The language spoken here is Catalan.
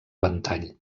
ventall